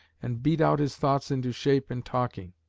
and beat out his thoughts into shape in talking.